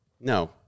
No